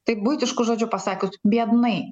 taip buitišku žodžiu pasakius biednai